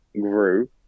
grew